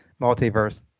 multiverse